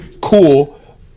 cool